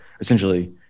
essentially